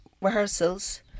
rehearsals